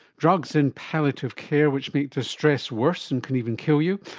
drugs in palliative care which make distress worse and can even kill you.